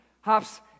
hops